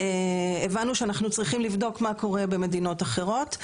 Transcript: הבנו שאנחנו צריכים לבדוק מה קורה במדינות אחרות.